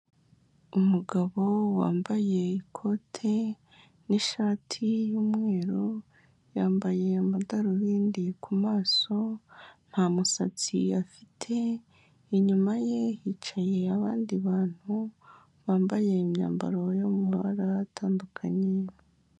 Umugabo wambaye ikote n'ishati y'umweru, yambaye amadarubindi ku maso nta musatsi afite inyuma ye hicaye abandi bantu bambaye imyambaro yo mu mabara atandukanye.